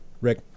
Rick